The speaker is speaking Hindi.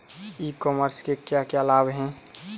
ई कॉमर्स के क्या क्या लाभ हैं?